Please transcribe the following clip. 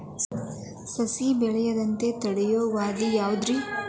ಸಸಿ ಬೆಳೆಯದಂತ ತಡಿಯೋ ವ್ಯಾಧಿ ಯಾವುದು ರಿ?